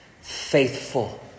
Faithful